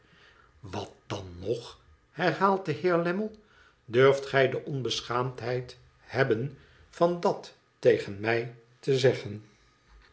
wat dan nog herhaalt de heer lammie durft gij de onbe schaamdheid hebben van dat tegen mij te zeggen